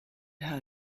how